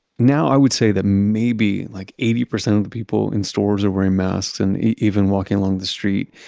now i would say that maybe like eighty percent of the people in stores are wearing masks and even walking along the street.